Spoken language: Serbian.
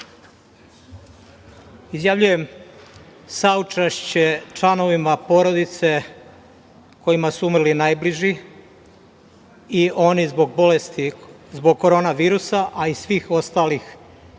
Izjavljujem saučešće članovima porodica kojima su umrli najbliži i oni zbog bolesti, zbog Koronavirusa, a i svih ostalih,